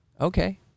okay